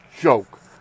joke